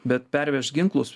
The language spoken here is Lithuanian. bet pervežt ginklus